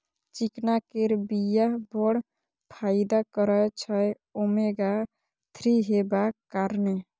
चिकना केर बीया बड़ फाइदा करय छै ओमेगा थ्री हेबाक कारणेँ